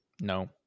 No